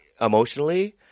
emotionally